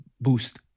boost